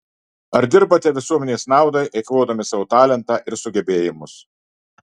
ar dirbate visuomenės naudai eikvodami savo talentą ir sugebėjimus